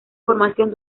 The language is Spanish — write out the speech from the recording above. formación